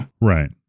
Right